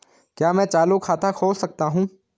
क्या मैं चालू खाता खोल सकता हूँ?